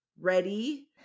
ready